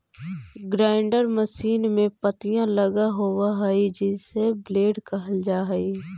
grinder machine में पत्तियाँ लगल होव हई जिसे ब्लेड कहल जा हई